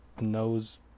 knows